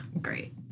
great